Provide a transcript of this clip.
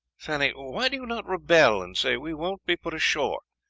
fanny, why do you not rebel, and say we won't be put ashore?